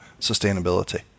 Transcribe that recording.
sustainability